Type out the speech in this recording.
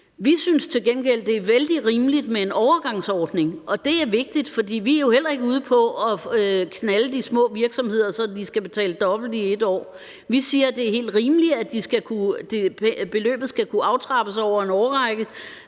Vi synes til gengæld, det er vældig rimeligt med en overgangsordning. Og det er vigtigt, for vi er jo heller ikke ude på at knalde de små virksomheder, så de skal betale dobbelt i et år. Vi siger, det er helt rimeligt, at beløbet skal kunne aftrappes over en årrække,